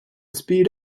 speed